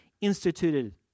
instituted